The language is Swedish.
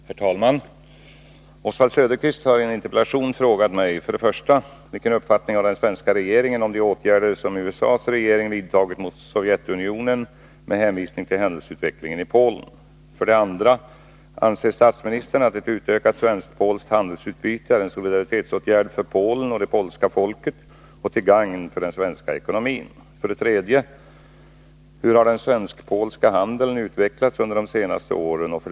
Herr talman! Oswald Söderqvist har i en interpellation frågat mig: 1. Vilken uppfattning har den svenska regeringen om de åtgärder som USA:s regering vidtagit mot Sovjetunionen med hänvisning till händelseutvecklingen i Polen? 2. Anser statsministern att ett utökat svensk-polskt handelsutbyte är en solidaritetsåtgärd för Polen och det polska folket och till gagn för den svenska ekonomin? 3. Hur har den svensk-polska handeln utvecklats under de senaste åren? 4.